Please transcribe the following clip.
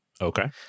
Okay